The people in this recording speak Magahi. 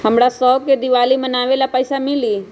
हमरा शव के दिवाली मनावेला पैसा मिली?